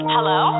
Hello